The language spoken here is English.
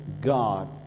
God